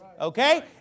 Okay